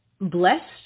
blessed